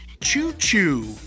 choo-choo